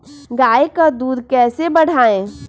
गाय का दूध कैसे बढ़ाये?